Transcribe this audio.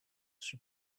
she